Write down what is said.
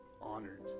honored